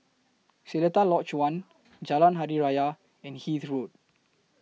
Seletar Lodge one Jalan Hari Raya and Hythe Road